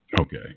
Okay